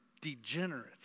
degenerate